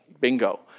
bingo